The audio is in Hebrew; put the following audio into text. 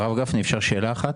הרב גפני, אפשר שאלה אחת?